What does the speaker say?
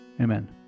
amen